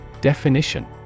Definition